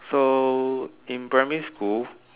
so in primary school